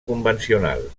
convencional